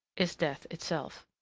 is death itself.